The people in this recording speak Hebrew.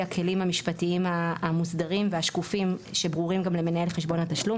הכלים המשפטיים המוסדרים והשקופים שברורים גם למנהל חשבון התשלום,